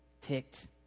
ticked